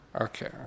Okay